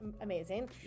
amazing